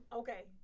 okay